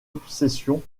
obsession